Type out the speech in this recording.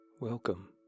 Welcome